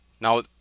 Now